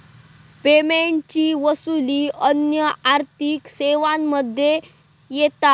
पेमेंटची वसूली अन्य आर्थिक सेवांमध्ये येता